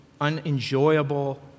unenjoyable